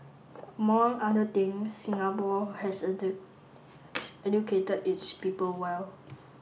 among other things Singapore has educated its people well